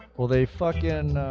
will they fought yeah and